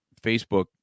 Facebook